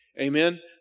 amen